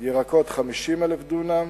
ירקות, 50,000 דונם,